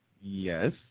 Yes